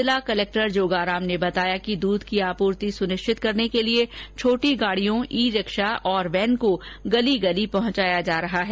जिला कलेक्टर जोगाराम ने बताया कि दूध की आपूर्ति सुनिश्चित करने के लिए छोटी गाड़ियों ई रिक्शा और वैन को गली गली में पहुंचाया जा रहा है